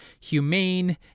humane